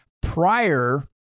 prior